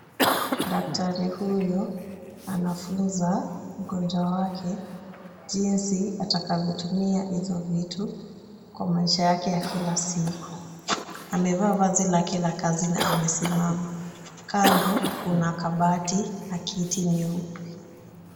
Daktari huyo anafunza ugonjwa wake jinsi atakavyotumia hizo vitu kwa maisha yake ya kila siku. Amevaa vazi la kila kazi na amesimama. Kando kuna kabati na kiti nyeupe.